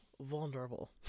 Vulnerable